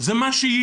זה מה שיהיה.